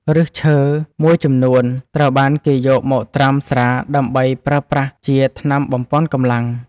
ឫសឈើមួយចំនួនត្រូវបានគេយកមកត្រាំស្រាដើម្បីប្រើប្រាស់ជាថ្នាំបំប៉នកម្លាំង។